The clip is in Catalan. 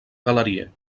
galeria